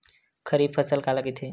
खरीफ फसल काला कहिथे?